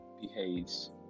behaves